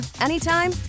anytime